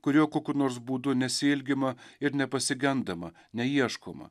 kur jo kokiu nors būdu nesiilgima ir nepasigendama neieškoma